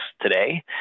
today